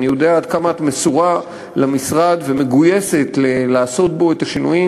אני יודע עד כמה את מסורה למשרד ומגויסת לעשות בו את השינויים.